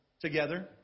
Together